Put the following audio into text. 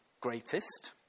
greatest